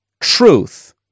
truth